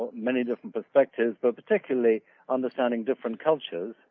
many different perspectives but particularly understanding different cultures.